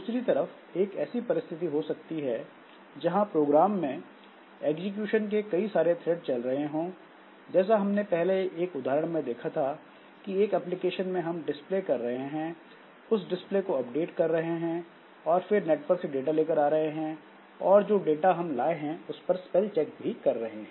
दूसरी तरफ एक ऐसी परिस्थिति हो सकती है जहां प्रोग्राम में एग्जीक्यूशन के कई सारे थ्रेड चल रहे हों जैसा हमने पहले एक उदाहरण में देखा था कि एक एप्लीकेशन में हम डिस्प्ले कर रहे हैं उस डिस्प्ले को अपडेट कर रहे हैं और फिर नेटवर्क से डाटा लेकर आ रहे हैं और जो डाटा हम लाए हैं उस पर स्पेल चेक कर रहे हैं